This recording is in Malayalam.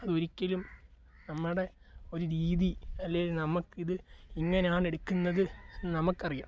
അതൊരിക്കലും നമ്മുടെ ഒരു രീതി അല്ലെങ്കിൽ നമ്മൾക്കിത് ഇങ്ങനെയാണെടുക്കുന്നത് നമുക്കറിയാം